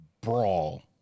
brawl